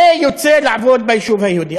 ויוצא לעבוד ביישוב היהודי.